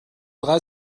drei